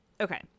Okay